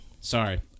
sorry